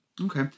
Okay